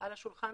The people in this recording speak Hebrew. על השולחן,